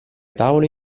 tavoli